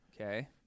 Okay